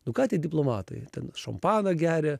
nu ką tie diplomatai ten šampaną geria